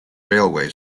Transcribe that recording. railway